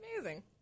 amazing